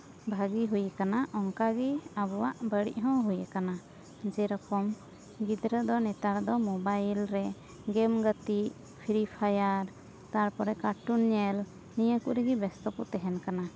ᱵᱷᱟᱜᱮ ᱦᱩᱭ ᱠᱟᱱᱟ ᱚᱱᱠᱟᱜᱮ ᱟᱵᱚᱣᱟᱜ ᱵᱟᱹᱲᱤᱡ ᱦᱚᱸ ᱦᱩᱭ ᱠᱟᱱᱟ ᱡᱮᱨᱚᱠᱚᱢ ᱜᱤᱫᱽᱨᱟᱹ ᱫᱚ ᱱᱮᱛᱟᱨ ᱫᱚ ᱢᱳᱵᱟᱭᱤᱞ ᱜᱮᱹᱢ ᱜᱟᱛᱮᱜ ᱯᱷᱨᱤ ᱯᱷᱟᱭᱟᱨ ᱛᱟᱨᱯᱚᱨᱮ ᱠᱟᱹᱴᱩᱱ ᱧᱮᱞ ᱱᱤᱭᱟᱹ ᱠᱚᱨᱮᱜᱮ ᱵᱮᱥᱛᱚ ᱠᱚ ᱛᱟᱦᱮᱱ ᱠᱟᱱᱟ